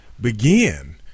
begin